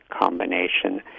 combination